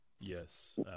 yes